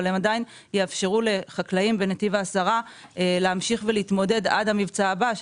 אבל הם עדיין יאפשרו לחקלאים בנתיב העשרה להמשיך ולהתמודד עד המבצע הבא,